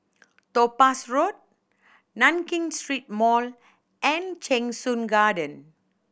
Topaz Road Nankin Street Mall and Cheng Soon Garden